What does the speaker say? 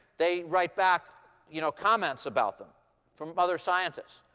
they write back you know comments about them from other scientists.